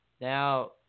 Now